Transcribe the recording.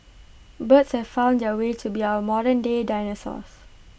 birds have been found to be our modernday dinosaurs